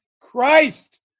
Christ